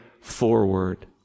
forward